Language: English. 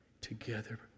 together